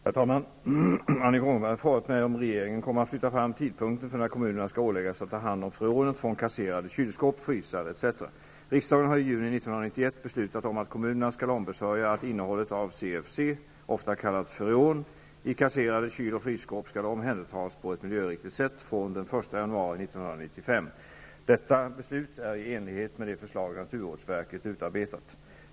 Herr talman! Annika Åhnberg har frågat mig om regeringen kommer att flytta fram tidpunkten för när kommunerna skall åläggas att ta hand om freonet från kasserade kylskåp, frysar etc. CFC, ofta kallat freon, i kasserade kyl och frysskåp skall omhändertas på ett miljöriktigt sätt fr.o.m. den 1 januari 1995. Detta beslut är i enlighet med det förslag naturvårdsverket utarbetat.